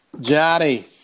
Johnny